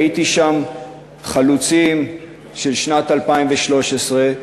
ראיתי שם חלוצים של שנת 2013,